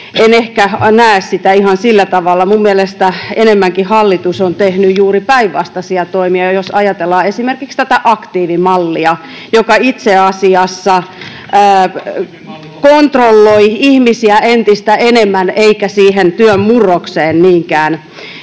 En ehkä näe sitä ihan sillä tavalla. Minun mielestäni hallitus on tehnyt enemmänkin juuri päinvastaisia toimia, jos ajatellaan esimerkiksi tätä aktiivimallia, joka itse asiassa kontrolloi ihmisiä entistä enemmän eikä siihen työn murrokseen niinkään